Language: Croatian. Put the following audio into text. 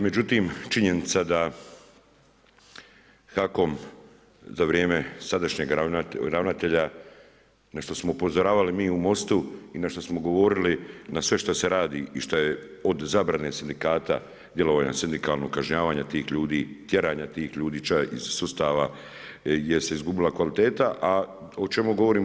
Međutim, činjenica je da HAKOM za vrijeme sadašnjeg ravnatelja, na što smo upozoravali mi u MOST-u i na što smo govorili na sve što se radi i što je od zabrane sindikata, djelovanje sindikalnog kažnjavanja tih ljudi, tjeranja tih ljudi iz sustava gdje se izgubila kvaliteta, a o čemu govorimo?